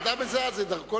תעודה מזהה זה דרכון.